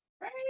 Right